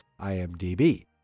IMDb